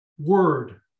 Word